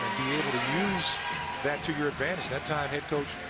able to use that to your advantage. that time head coach